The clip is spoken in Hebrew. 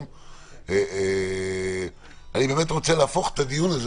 אני באמת רוצה להפוך את הדיון הזה